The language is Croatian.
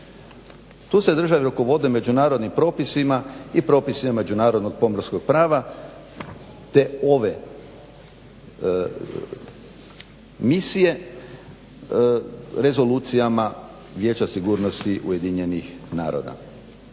Tu se države rukovode međunarodnim propisima i propisima međunarodnog pomorskog prava te ove misije rezolucijama Vijeća sigurnosti UN-a. Piraterija